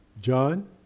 John